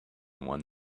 one